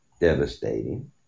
devastating